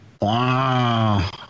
Wow